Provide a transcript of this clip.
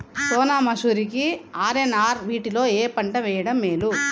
సోనా మాషురి కి ఆర్.ఎన్.ఆర్ వీటిలో ఏ పంట వెయ్యడం మేలు?